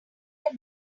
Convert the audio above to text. your